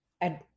And-